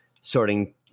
sorting